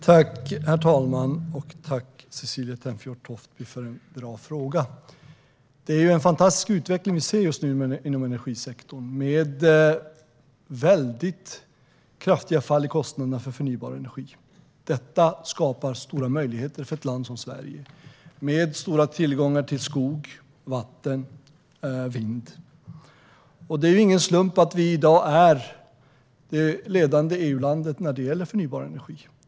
Herr talman! Jag tackar Cecilie Tenfjord-Toftby för en bra fråga. Vi ser en fantastisk utveckling inom energisektorn med kraftiga fall i kostnaderna för förnybar energi. Detta skapar stora möjligheter för ett land som Sverige med stora tillgångar på skog, vatten och vind. Det är ingen slump att vi i dag är det ledande EU-landet vad gäller förnybar energi.